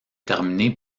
terminée